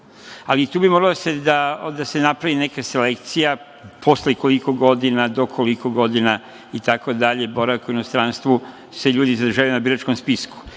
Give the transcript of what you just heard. ali tu bi morala da se napravi neka selekcija, posle koliko godina, do koliko godina, itd, boravka u inostranstvu, se ljudi izražavaju na biračkom spisku.